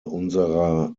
unserer